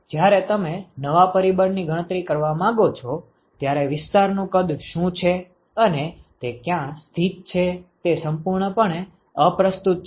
જ્યારે તમે નવા પરિબળ ની ગણતરી કરવા માંગો છો ત્યારે વિસ્તારનું કદ શું છે અને તે ક્યાં સ્થિત છે તે સંપૂર્ણપણે અપ્રસ્તુત છે